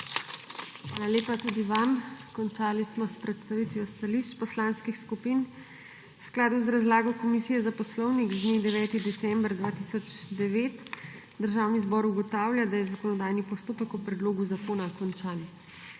Hvala lepa. Končali smo s predstavitvijo stališč poslanskih skupin. V skladu z razlago Komisije za poslovnik z dne 9. decembra 2009 Državni zbor ugotavlja, da je zakonodajni postopek o predlogu zakona končan.